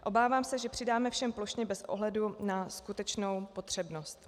Obávám se, že přidáme všem plošně bez ohledu na skutečnou potřebnost.